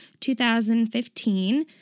2015